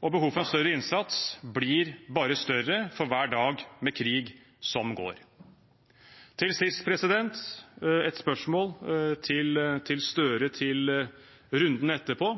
for en større innsats blir bare større for hver dag med krig som går. Til sist et spørsmål til statsminister Støre til runden etterpå: